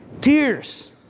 tears